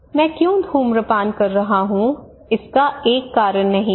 मैं क्यों धूम्रपान कर रहा हूं इसका एक कारण नहीं है